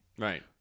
Right